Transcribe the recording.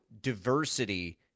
diversity